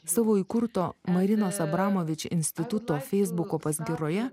savo įkurto marinos abramovič instituto feisbuko paskyroje